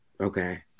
Okay